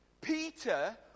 Peter